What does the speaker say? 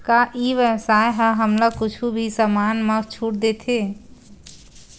का ई व्यवसाय ह हमला कुछु भी समान मा छुट देथे?